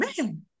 man